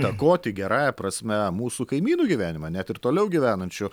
įtakoti gerąja prasme mūsų kaimynų gyvenimą net ir toliau gyvenančių